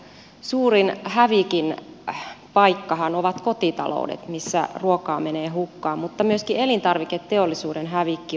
suurin hävikin paikkahan ovat kotitaloudet missä ruokaa menee hukkaan mutta myöskin elintarviketeollisuuden hävikki on suurta